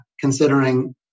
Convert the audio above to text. considering